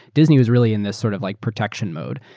disney is really in this sort of like protection mode.